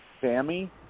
Sammy